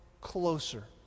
closer